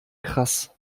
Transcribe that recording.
krass